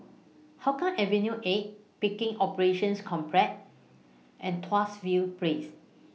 Hougang Avenue A Pickering Operations Complex and Tuas View Place